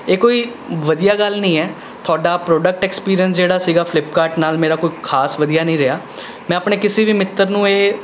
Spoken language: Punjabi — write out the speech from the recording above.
ਇਹ ਕੋਈ ਵਧੀਆ ਗੱਲ ਨਹੀਂ ਹੈ ਤੁਹਾਡਾ ਪ੍ਰੋਡਕਟ ਐਕਸਪੀਰੀਅਸ ਜਿਹੜਾ ਸੀ ਫਲਿੱਪਕਾਰਟ ਨਾਲ ਮੇਰਾ ਕੋਈ ਖਾਸ ਵਧੀਆ ਨਹੀਂ ਰਿਹਾ ਮੈਂ ਆਪਣੇ ਕਿਸੇ ਵੀ ਮਿੱਤਰ ਨੂੰ ਇਹ